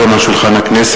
אין נמנעים.